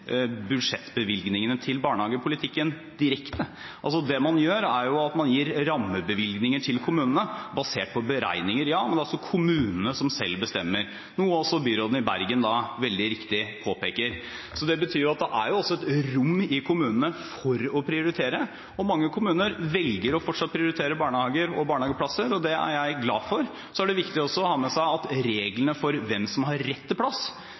budsjettbevilgningene til barnehagepolitikken direkte. Det man gjør, er jo at man gir rammebevilgninger til kommunene basert på beregninger, men det er altså kommunene som selv bestemmer – noe også byråden i Bergen veldig riktig påpeker. Det betyr at det er jo også et rom i kommunene for å prioritere, og mange kommuner velger fortsatt å prioritere barnehager og barnehageplasser. Det er jeg glad for. Så er det viktig også å ha med seg at reglene for hvem som har rett til plass, er helt uendret. Der har kommunene ingen valgfrihet. De som har rett til plass,